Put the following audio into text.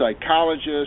psychologist